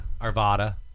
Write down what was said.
Arvada